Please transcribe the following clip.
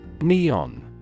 Neon